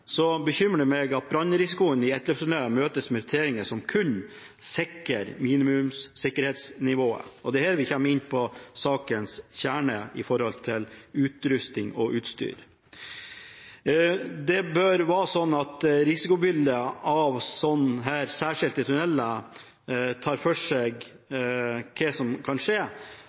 bekymrer det meg at brannrisikoen i ettløpstunneler møtes med prioriteringer som kun sikrer minimumssikkerhetsnivået. Det er her vi kommer inn på sakens kjerne med hensyn til utrustning og utstyr. Det bør være sånn at risikobildet for slike særskilte tunneler tar for seg hva som kan skje,